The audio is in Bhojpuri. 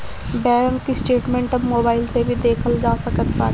बैंक स्टेटमेंट अब मोबाइल से भी देखल जा सकत बाटे